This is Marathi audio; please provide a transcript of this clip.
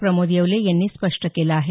प्रमोद येवले यांनी स्पष्ट केलं आहे